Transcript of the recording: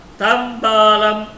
tambalam